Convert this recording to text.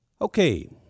Okay